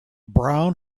brown